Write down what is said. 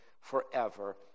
forever